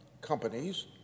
companies